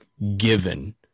given